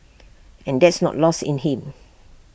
and that's not lost in him